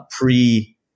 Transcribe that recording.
pre